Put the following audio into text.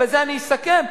ובזה אני אסכם,